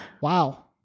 Wow